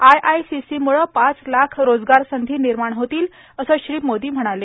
आयआयसीसीमुळं पाच लाख रोजगार संधी निर्माण होतील असं श्री मोदी म्हणाले